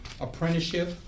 apprenticeship